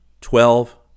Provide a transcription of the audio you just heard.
twelve